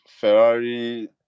Ferrari